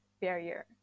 barrier